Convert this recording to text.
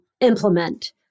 implement